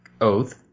Oath